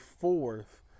fourth